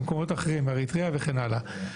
מאריתריאה וכן הלאה.